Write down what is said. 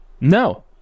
No